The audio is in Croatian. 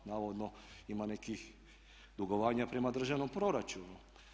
Navodno ima nekih dugovanja prema državnom proračunu.